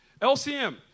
LCM